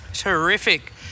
terrific